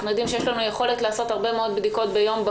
אנחנו יודעים שיש לנו יכולת לעשות הרבה מאוד בדיקות ביום.